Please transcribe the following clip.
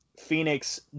Phoenix